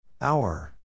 Hour